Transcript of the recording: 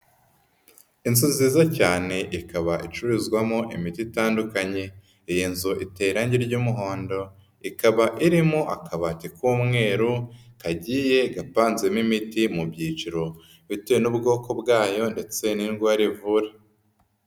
Inzu nziza cyane ikaba icururizwamo imiti itandukanye, iyi nzu iteye irangi ry'umuhondo, ikaba irimo akabati k'umweru kagiye yapanzemo imiti mu byiciro bitewe n'ubwoko bwayo ndetse n'indwara ivura.